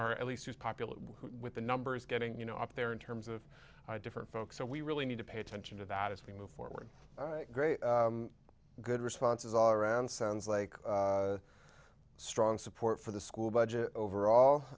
or at least is popular with the numbers getting you know up there in terms of different folks so we really need to pay attention to that as we move forward great good responses are and sounds like strong support for the school budget overall